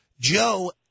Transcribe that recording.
Joe